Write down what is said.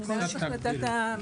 כרגע אנחנו 5. 5